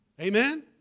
Amen